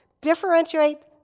differentiate